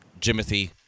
Jimothy